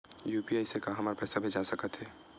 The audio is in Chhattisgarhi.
यू.पी.आई से का हमर पईसा भेजा सकत हे?